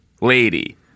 lady